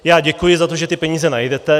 Já děkuji za to, že ty peníze najdete.